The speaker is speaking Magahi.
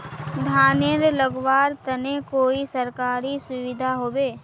धानेर लगवार तने कोई सरकारी सुविधा होबे?